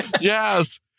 yes